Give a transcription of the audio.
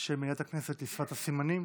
את השידור של מליאת הכנסת לשפת הסימנים.